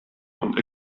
und